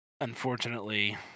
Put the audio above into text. unfortunately